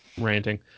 ranting